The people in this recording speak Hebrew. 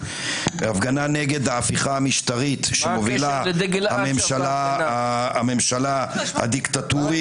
הפגנה נגד ההפיכה המשטרית שמובילה הממשלה הדיקטטורית,